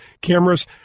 cameras